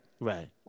Right